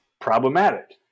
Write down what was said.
problematic